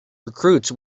recruits